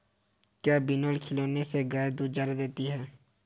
क्या बिनोले खिलाने से गाय दूध ज्यादा देती है?